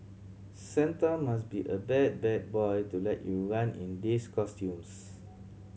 santa must be a bad bad boy to let you run in these costumes